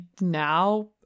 now